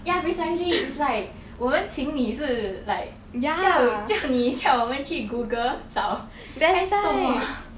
ya precisely it's like 我们请你是 like 叫叫你叫我们去 Google 找还是什么